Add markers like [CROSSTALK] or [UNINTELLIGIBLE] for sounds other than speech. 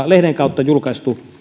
[UNINTELLIGIBLE] lehden kautta julkaistu